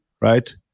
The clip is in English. right